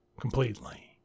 completely